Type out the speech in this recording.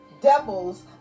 devils